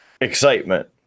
excitement